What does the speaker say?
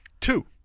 Two